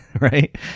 right